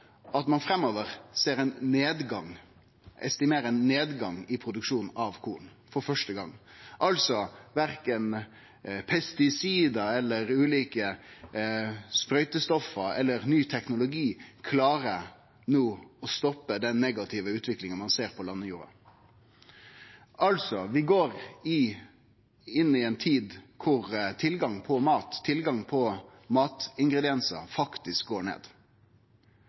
at ein estimerer ein nedgang i produksjonen av korn framover – for første gong. Verken pesticid, ulike sprøytestoff eller ny teknologi klarer no å stoppe den negative utviklinga ein ser på landjorda. Vi går altså inn i ei tid der tilgang på mat og matingrediensar faktisk går ned.